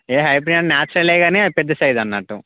ఏ hybrid natural ఏ గానీ పెద్ద సైజ్ అన్నట్టు